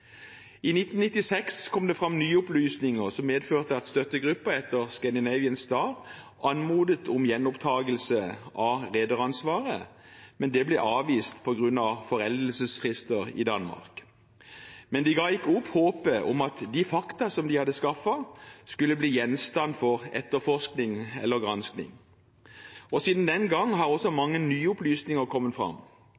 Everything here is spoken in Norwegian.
I 1996 kom det fram nye opplysninger som medførte at Støttegruppen etter «Scandinavian Star» anmodet om gjenopptagelse av rederansvaret, men det ble avvist på grunn av foreldelsesfrister i Danmark. Men de ga ikke opp håpet om at de fakta som de hadde skaffet, skulle bli gjenstand for etterforskning eller granskning. Siden den gang har også